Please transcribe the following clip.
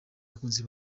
abakunzi